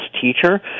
teacher